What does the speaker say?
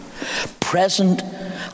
present